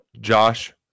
Josh